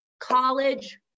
college